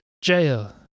jail